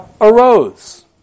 arose